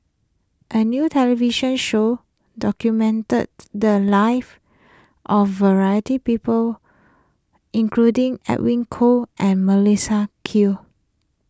a new television show documented the lives of variety people including Edwin Koo and Melissa Q